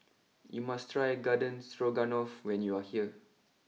you must try Garden Stroganoff when you are here